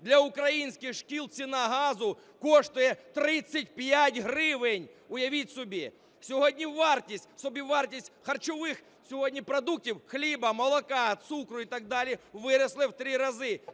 для українських шкіл ціна газу коштує 35 гривень, уявіть собі! Сьогодні собівартість харчових продуктів хліба, молока, цукру і так далі виросли в 3 рази.